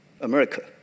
America